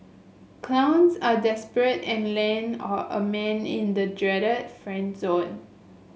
clowns are desperate and land a man in the dreaded friend zone